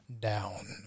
down